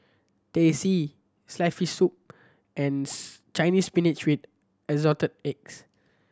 Teh C sliced fish soup and Chinese Spinach with Assorted Eggs